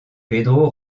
pedro